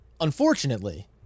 Unfortunately